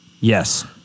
Yes